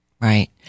Right